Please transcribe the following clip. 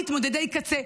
את אותם מתמודדי קצה,